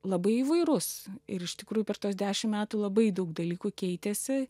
labai įvairus ir iš tikrųjų per tuos dešimt metų labai daug dalykų keitėsi